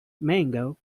mango